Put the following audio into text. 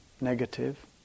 negative